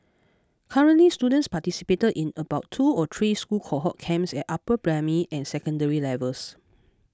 currently students participate in about two or three school cohort camps at upper primary and secondary levels